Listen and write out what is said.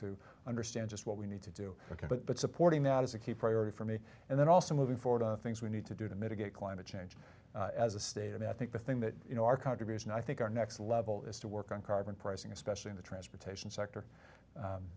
to understand just what we need to do ok but that supporting that is a key priority for me and then also moving forward on things we need to do to mitigate climate change as a state and i think the thing that you know our contribution i think our next level is to work on carbon pricing especially in the transportation sector